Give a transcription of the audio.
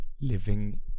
living